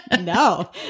No